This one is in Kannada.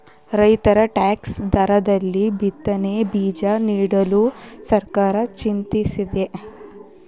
ರೈತರಿಗೆ ಡಿಸ್ಕೌಂಟ್ ದರದಲ್ಲಿ ಬಿತ್ತನೆ ಬೀಜ ನೀಡಲು ಸರ್ಕಾರ ಚಿಂತಿಸಿದೆ